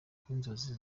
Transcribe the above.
nk’inzozi